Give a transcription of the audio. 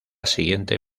siguiente